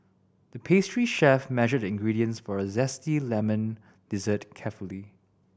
the pastry chef measured the ingredients for a zesty lemon dessert carefully